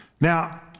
Now